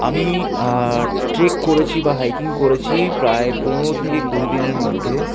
আমি ট্রেক করেছি বা হাইকিং করেছি প্রায় পনেরো থেকে কুড়ি দিনের মধ্যে